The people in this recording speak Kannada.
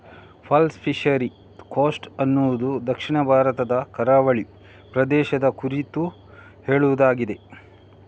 ಪರ್ಲ್ ಫಿಶರಿ ಕೋಸ್ಟ್ ಅನ್ನುದು ದಕ್ಷಿಣ ಭಾರತದ ಕರಾವಳಿ ಪ್ರದೇಶದ ಕುರಿತು ಹೇಳುದಾಗಿದೆ